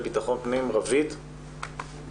בוקר טוב.